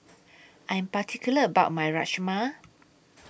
I'm particular about My Rajma